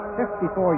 54